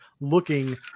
looking